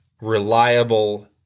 reliable